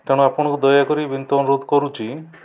ତେଣୁ ଆପଣଙ୍କୁ ଦୟାକରି ବିନୀତ ଅନୁରୋଧ କରୁଛି